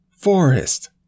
Forest